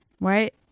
right